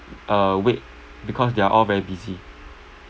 uh wait because they are all very busy